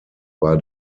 war